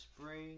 spring